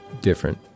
different